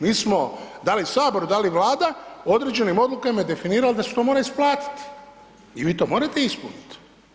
Mi smo da li sabor, da li Vlada određenim odlukama i definirali da se to mora isplatiti i vi to morate ispuniti.